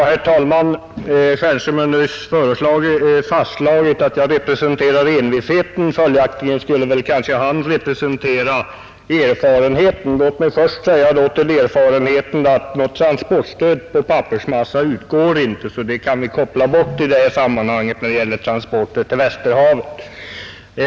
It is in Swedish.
Herr talman! Herr Stjernström har nyss fastslagit att jag representerar envisheten. Följaktligen skulle väl han representera erfarenheten. Låt mig då först säga till erfarenheten, att något transportstöd för pappersmassa utgår inte, så det kan vi koppla bort när det gäller transporter till Västerhavet.